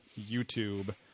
YouTube